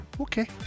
okay